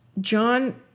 John